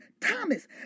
Thomas